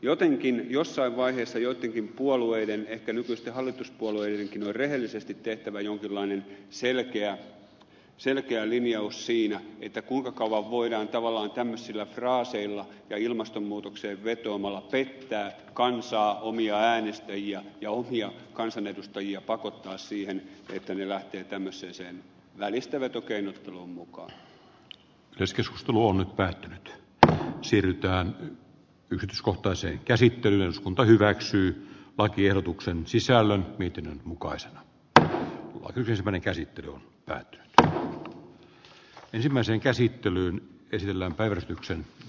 jotenkin jossain vaiheessa joittenkin puolueiden ehkä nykyisten hallituspuolueidenkin on rehellisesti tehtävä jonkinlainen selkeä linjaus siinä kuinka kauan voidaan tavallaan tämmöisillä fraaseilla ja ilmastonmuutokseen vetoamalla pettää kansaa omia äänestäjiä ja omia kansanedustajia pakottaa siihen että he lähtevät tämmöiseen välistävetokeinotteluun mukaan edes keskustelu on nyt päättynyt että siirrytään yrityskohtaiseen käsittelyyn eduskunta hyväksyi lakiehdotuksen sisällön pitkin mukaisena että yritys meni käsittely ja c h o ensimmäisen käsittelyn esillä päivystyksen